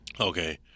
Okay